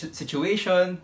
situation